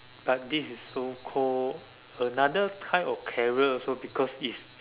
but this is so call another type of career also because it's